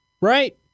right